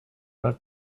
but